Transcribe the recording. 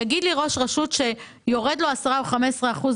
יגיד לי ראש רשות שיורדים לו 10 או 15 אחוזים